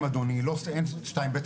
אין בעיה.